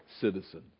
citizen